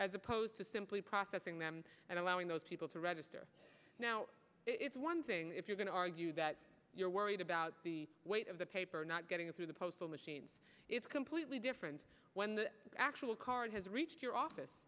as opposed to simply processing them and allowing those people to register now it's one thing if you're going to argue that you're worried about the weight of the paper not getting it through the postal machine it's completely different when the actual card has reached your office